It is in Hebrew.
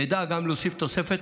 נדע גם להוסיף תוספת,